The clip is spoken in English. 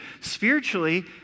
Spiritually